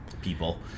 people